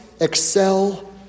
excel